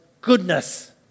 goodness